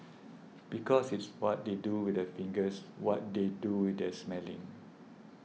because it's what they do with their fingers what they do with their smelling